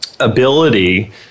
ability